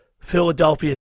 Philadelphia